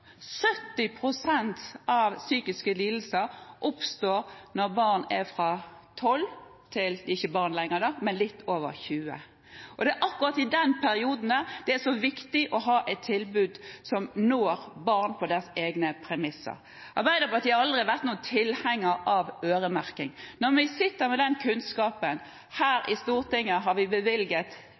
av psykiske lidelser oppstår når barna er fra 12 år til de er litt over 20 år – da er de riktignok ikke barn lenger. Det er akkurat i den perioden det er så viktig å ha et tilbud som når barn på deres egne premisser. Arbeiderpartiet har aldri vært noen tilhenger av øremerking. Men vi sitter med den kunnskapen at her i Stortinget har vi bevilget